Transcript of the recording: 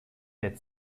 der